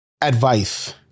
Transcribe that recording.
advice